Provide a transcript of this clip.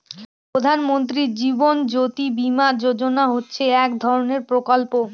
প্রধান মন্ত্রী জীবন জ্যোতি বীমা যোজনা হচ্ছে এক ধরনের প্রকল্প